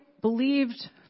believed